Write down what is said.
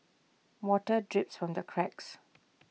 water drips from the cracks